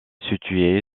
située